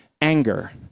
anger